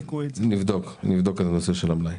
נבדוק גם את הנושא של המלאי.